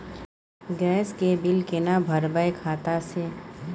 Gas के bill केना भरबै खाता से?